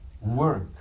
work